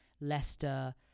Leicester